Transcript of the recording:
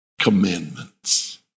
commandments